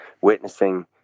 witnessing